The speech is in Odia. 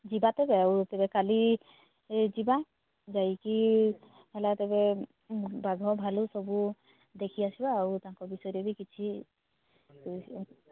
ଯିବା ତ ତେବେ ଆଉ ତେବେ କାଲି ଯିବା ଯାଇକି ହେଲା ତେବେ ବାଘ ଭାଲୁ ସବୁ ଦେଖି ଆସିବା ଆଉ ତାଙ୍କ ବିଷୟରେ ବି କିଛି